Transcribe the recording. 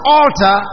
altar